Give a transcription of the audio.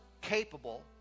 capable